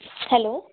hello